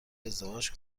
ازدواج